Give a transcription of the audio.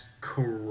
crazy